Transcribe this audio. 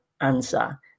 answer